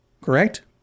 Correct